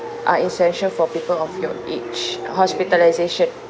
are essential for people of your age hospitalisation